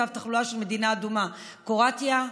מצב תחלואה של מדינה אדומה: קרואטיה,